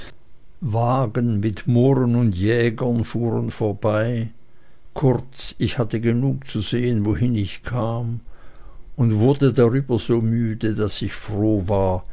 wagen mit mohren und jägern fuhren vorbei kurz ich hatte genug zu sehen wohin ich kam und wurde darüber so müde daß ich froh war